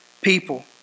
people